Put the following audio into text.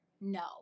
no